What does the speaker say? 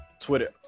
Twitter